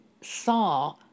saw